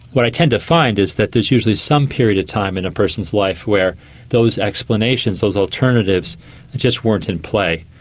what i tend to find is that there is usually some period of time in a person's life where those explanations, those alternatives just weren't in play,